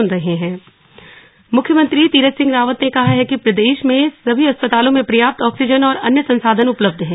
Covid सहायता मुख्यमंत्री तीरथ सिंह रावत ने कहा है कि प्रदेश में सभी अस्पतालों में पर्याप्त ऑक्सीजन और अन्य संसाधन उपलब्ध है